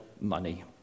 money